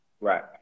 Right